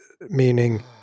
Meaning